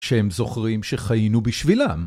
שהם זוכרים שחיינו בשבילם